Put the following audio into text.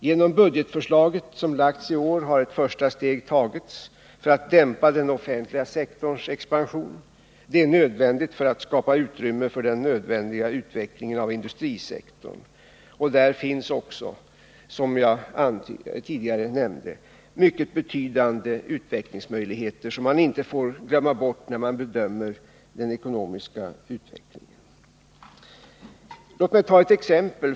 Genom budgetförslaget som lagts i år har det första steget tagits för att dämpa den offentliga sektorns expansion. Detta är av största vikt för att skapa utrymme för den nödvändiga expansionen av industrisektorn. Där finns också, som jag tidigare nämnde, mycket betydande utvecklingsmöjligheter, som man inte får glömma bort när man bedömer den ekonomiska utvecklingen. Låt mig ta ett exempel.